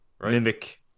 Mimic